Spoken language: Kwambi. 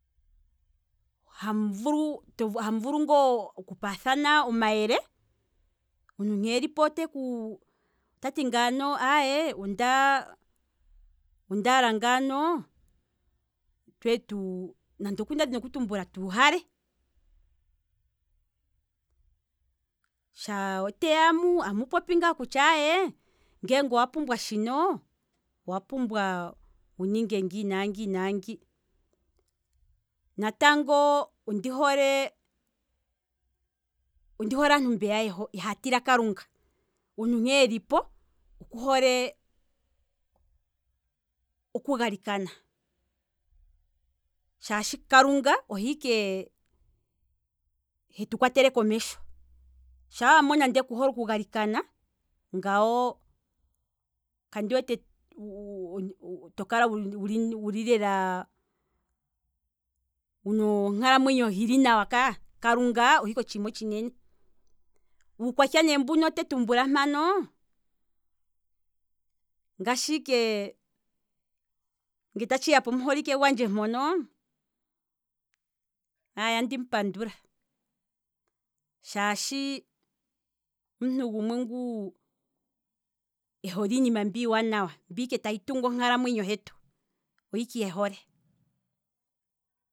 Hamu vulu, to vulu, hamu vulu oku paathana omayele, omuntu he elipo otati ngaano onda ondala ngaano twetu nande nda dhini oku tumbula tweetu uhale, shaa teya mu. tamu popi nga kutya owa pumbwa shino, owa pumbwa wu ninge ngi nangi nangi, natango, nantango ondi hole, ondi hole aantu mbeya haya tila kalunga, omuntu he elipo oku hole oku galikana, shaashi kalunga ohe ike hetu kwatele komesho, shaa wa mona ndele ku hole oku galikana ngawo tokala wuli lela wuna onkalamwenyo hili nawa ka, kalunga ohe ike otshiima otshinene, uukwatya ne mbuno tandi tumbula mpano, ngashi ike nge tatshiya pomuholike gwandje mpono, aye andimu pandula, shaashi omuntu gumwe ngu ehole iinima iiwanawa mbi ike tayi tungu onkalamwenyo hetu oyo ike ehole